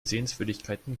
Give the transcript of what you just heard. sehenswürdigkeiten